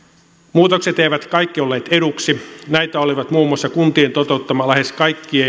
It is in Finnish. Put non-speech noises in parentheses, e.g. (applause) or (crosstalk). muutokset eivät kaikki olleet eduksi näitä olivat muun muassa kuntien toteuttama lähes kaikkia (unintelligible)